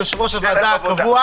יושב-ראש הוועדה הקבוע